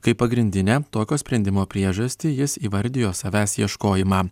kaip pagrindinę tokio sprendimo priežastį jis įvardijo savęs ieškojimą